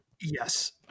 Yes